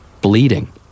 Bleeding